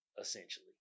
essentially